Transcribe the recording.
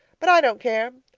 but i don't care.